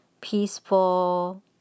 peaceful